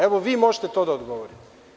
Evo vi možete to da odgovorite.